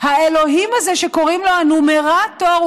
האלוהים הזה שקוראים לו הנומרטור,